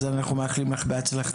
אז אנחנו מאחלים לך בהצלחה